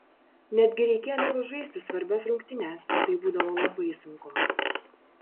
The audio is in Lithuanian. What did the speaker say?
netgi reikėdavo žaisti svarbias rungtynes o tai būdavo labai sunku